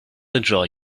enjoy